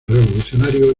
revolucionarios